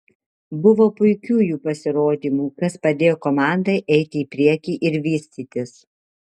buvo puikių jų pasirodymų kas padėjo komandai eiti į priekį ir vystytis